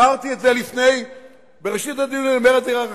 חוץ מזה, אדוני היושב-ראש, למדנו מתוך